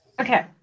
Okay